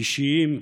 אישיים.